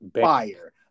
Fire